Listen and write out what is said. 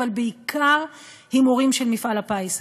אבל בעיקר הימורים של מפעל הפיס,